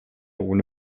ohne